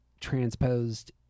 transposed